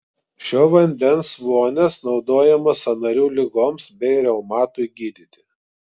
šio vandens vonias naudojamos sąnarių ligoms bei reumatui gydyti